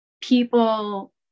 people